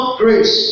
grace